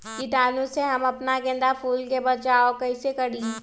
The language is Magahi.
कीटाणु से हम अपना गेंदा फूल के बचाओ कई से करी?